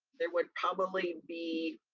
there would probably be